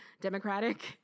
Democratic